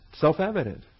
self-evident